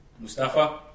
Mustafa